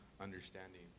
understanding